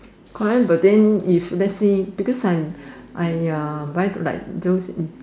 correct but then if let's say because I am I uh buy like those